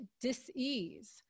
dis-ease